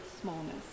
smallness